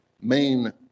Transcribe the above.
main